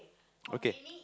okay